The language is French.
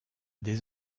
des